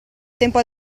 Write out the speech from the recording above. tempo